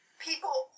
People